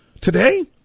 Today